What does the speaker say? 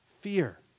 fear